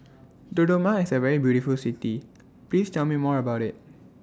Dodoma IS A very beautiful City Please Tell Me More about IT